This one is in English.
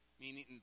meaning